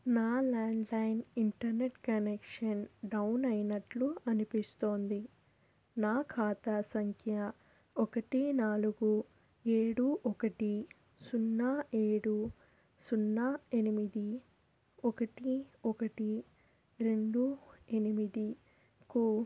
నా landline internet connection down అయినట్లు అనిపిస్తోంది నా ఖాతా సంఖ్య ఒకటి నాలుగు ఏడు ఒకటి సున్నా ఏడు సున్నా ఎనిమిది ఒకటి ఒకటి రెండు ఎనిమిదికి